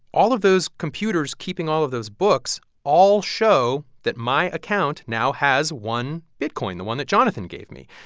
all of those computers keeping all of those books all show that my account now has one bitcoin, the one that jonathan gave me.